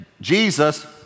Jesus